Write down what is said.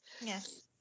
Yes